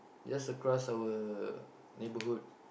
just across our neighborhood